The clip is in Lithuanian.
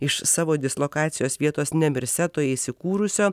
iš savo dislokacijos vietos nemirsetoj įsikūrusio